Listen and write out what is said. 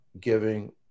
giving